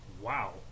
Wow